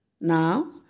Now